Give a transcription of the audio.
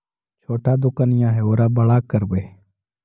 छोटा दोकनिया है ओरा बड़ा करवै?